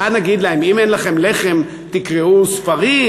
מה נגיד להם: אם אין לכם לחם תקראו ספרים?